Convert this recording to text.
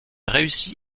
réussit